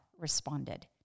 responded